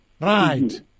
Right